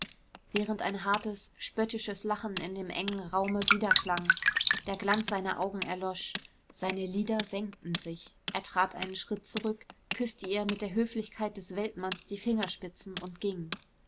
während ein hartes spöttisches lachen in dem engen raume widerklang der glanz in seinen augen erlosch seine lider senkten sich er trat einen schritt zurück küßte ihr mit der höflichkeit des weltmanns die fingerspitzen und ging